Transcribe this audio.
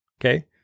okay